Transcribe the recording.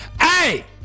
Hey